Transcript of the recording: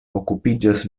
okupiĝas